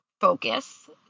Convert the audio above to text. focus